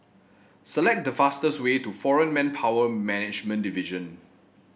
select the fastest way to Foreign Manpower Management Division